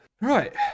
Right